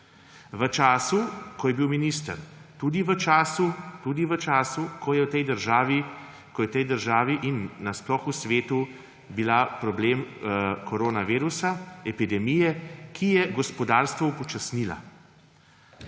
V času, ko je bil minister, tudi v času, ko je tej državi in sploh v svetu bil problem koronavirusa epidemije, ki je gospodarstvo upočasnila.